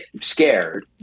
scared